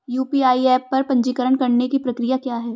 UPI app पर पंजीकरण करने की प्रक्रिया क्या है?